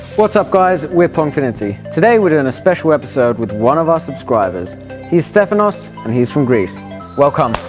what's up guys! we are pongfinity today we are doing a special episode with one of our subscribers he is stefanos and he's from greece welcome!